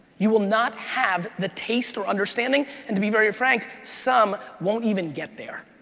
you will not have the taste or understanding, and to be very frank, some won't even get there.